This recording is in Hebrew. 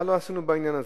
מה לא עשינו בעניין הזה?